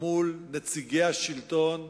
מול נציגי השלטון,